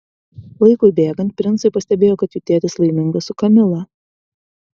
laikui bėgant princai pastebėjo kad jų tėtis laimingas su kamila